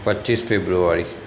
પચીસ ફેબ્રુઆરી